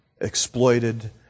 exploited